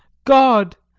god!